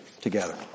together